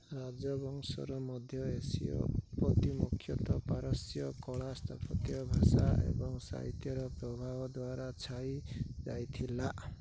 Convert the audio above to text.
ରାଜବଂଶର ମଧ୍ୟ ଏସୀୟ ଉତ୍ପତ୍ତି ମୁଖ୍ୟତଃ ପାରସ୍ୟ କଳା ସ୍ଥାପତ୍ୟ ଭାଷା ଏବଂ ସାହିତ୍ୟର ପ୍ରଭାବ ଦ୍ୱାରା ଛାଇ ଯାଇଥିଲା